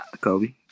Kobe